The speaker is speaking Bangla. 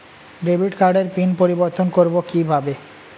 ডেবিট কার্ডের পিন পরিবর্তন করবো কীভাবে?